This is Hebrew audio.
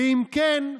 דאם כן,